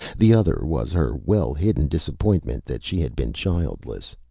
the other was her well-hidden disappointment that she had been childless.